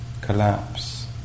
collapse